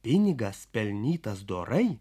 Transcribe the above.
pinigas pelnytas dorai